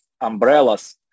umbrellas